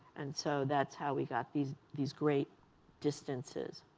and so that's how we got these these great distances.